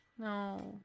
No